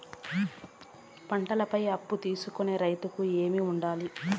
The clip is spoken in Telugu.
పంటల పై అప్పు తీసుకొనేకి రైతుకు ఏమేమి వుండాలి?